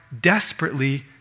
desperately